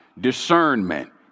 discernment